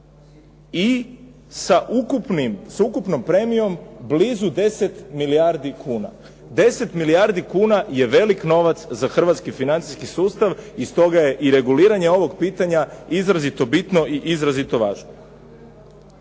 i sa ukupnom premijom blizu 10 milijardi kuna. 10 milijardi kuna je velik novac za hrvatski financijski sustav i stoga je i reguliranje ovog pitanja izrazito bitno i izrazito važno.